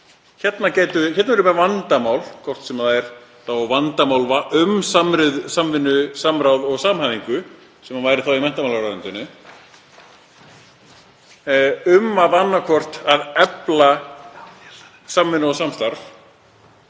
hérna erum við með vandamál, hvort sem er vandamál með samvinnu, samráð og samhæfingu, sem væri þá í menntamálaráðuneytinu, um að annaðhvort efla samvinnu og samstarf,